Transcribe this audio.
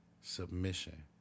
submission